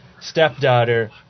stepdaughter